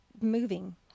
moving